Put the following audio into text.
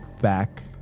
back